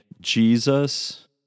Jesus